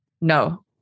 No